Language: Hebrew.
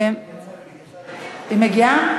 אם לא, אני אציג, היא מגיעה?